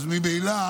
אז ממילא